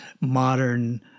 modern